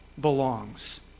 belongs